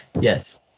yes